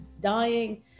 dying